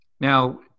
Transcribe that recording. Now